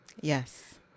Yes